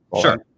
Sure